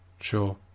Sure